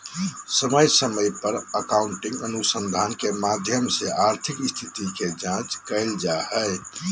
समय समय पर अकाउन्टिंग अनुसंधान के माध्यम से आर्थिक स्थिति के जांच कईल जा हइ